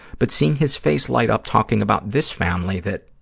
but seeing his face light up talking about this family that,